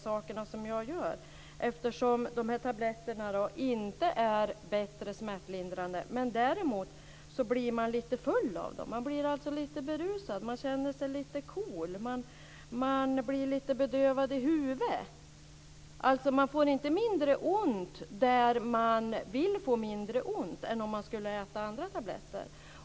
Men socialministern får väl se till att jag inte behöver vara så orolig. Däremot blir man lite full av dem. Man blir alltså lite berusad. Man känner sig lite cool. Man blir lite bedövad i huvudet. Man får alltså inte mindre ont än om man skulle äta andra tabletter.